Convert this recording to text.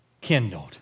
kindled